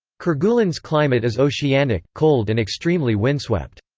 kerguelen's climate is oceanic, cold and extremely windswept.